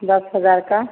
दस हज़ार का